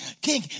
King